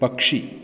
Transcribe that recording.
പക്ഷി